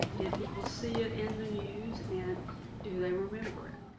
did people see it in the news? and do they remember